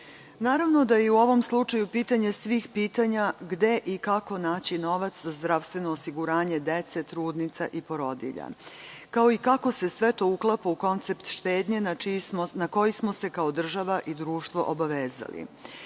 namera. Naravno da je i u ovom slučaju pitanje svih pitanja gde i kako naći novac za zdravstveno osiguranje dece, trudnica i porodilja, kao i to kako se sve to uklapa u koncept štednje, na koji smo se kao država i društvo obavezali.